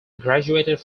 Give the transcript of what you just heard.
graduated